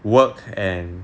work and